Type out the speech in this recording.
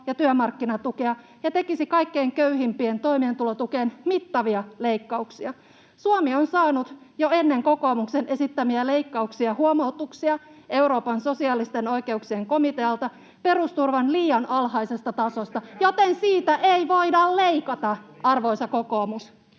ja työmarkkinatukea ja tekisi kaikkein köyhimpien toimeentulotukeen mittavia leikkauksia. Suomi on saanut jo ennen kokoomuksen esittämiä leikkauksia huomautuksia Euroopan sosiaalisten oikeuksien komitealta perusturvan liian alhaisesta tasosta, joten siitä ei voida leikata, arvoisa kokoomus.